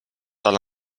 tal